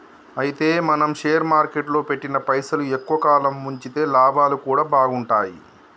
అయితే మనం షేర్ మార్కెట్లో పెట్టిన పైసలు ఎక్కువ కాలం ఉంచితే లాభాలు కూడా బాగుంటాయి